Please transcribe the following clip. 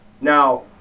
Now